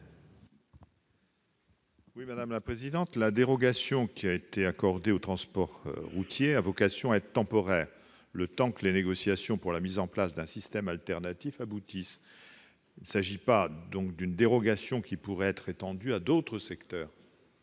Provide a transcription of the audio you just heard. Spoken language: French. l'avis de la commission ? La dérogation accordée au transport routier a vocation à être temporaire, le temps que les négociations pour la mise en place d'un système alternatif aboutissent. Il ne s'agit pas d'une dérogation qui pourrait être étendue à d'autres secteurs,